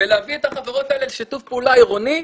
ולהביא את החברות האלה לשיתוף פעולה עירוני,